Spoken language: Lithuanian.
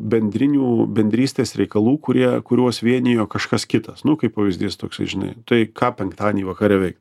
bendrinių bendrystės reikalų kurie kuriuos vienijo kažkas kitas nu kaip pavyzdys toksai žinai tai ką penktadienį vakare veikt